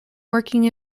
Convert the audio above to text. working